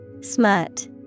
smut